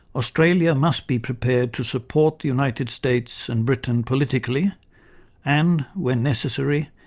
australia must be prepared to support the united states and britain politically and, when necessary,